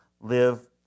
live